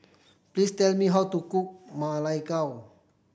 please tell me how to cook Ma Lai Gao